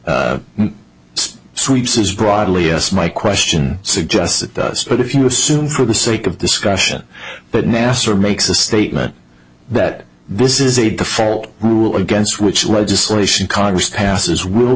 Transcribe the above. language sweeps is broadly yes my question suggests it does but if you assume for the sake of discussion but nasser makes a statement that this is a default rule against which legislation congress passes will